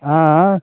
अँ